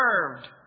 served